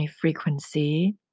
frequency